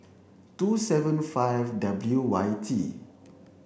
two seven five W Y T